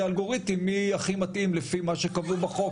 אלגוריתם מי הכי מתאים לפי מה שקבעו בחוק.